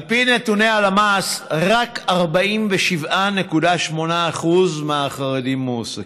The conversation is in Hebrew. על פי נתוני הלמ"ס, רק 47.8% מהחרדים מועסקים,